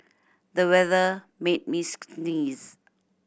the weather made me sneeze